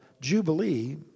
Jubilee